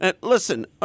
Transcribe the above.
Listen